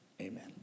amen